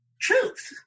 truth